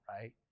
right